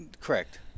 correct